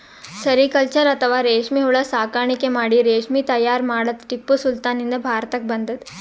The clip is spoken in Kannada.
ಸೆರಿಕಲ್ಚರ್ ಅಥವಾ ರೇಶ್ಮಿ ಹುಳ ಸಾಕಾಣಿಕೆ ಮಾಡಿ ರೇಶ್ಮಿ ತೈಯಾರ್ ಮಾಡದ್ದ್ ಟಿಪ್ಪು ಸುಲ್ತಾನ್ ನಿಂದ್ ಭಾರತಕ್ಕ್ ಬಂದದ್